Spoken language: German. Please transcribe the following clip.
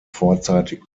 vorzeitig